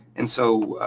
and, so,